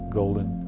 golden